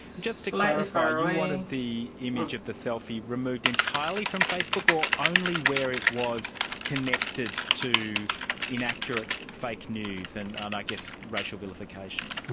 just to clarify, you wanted the image of the selfie removed entirely from facebook, or only where it was connected to inaccurate fake news and and i guess racial vilification?